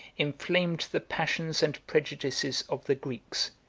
inflamed the passions and prejudices of the greeks,